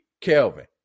Kelvin